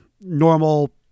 normal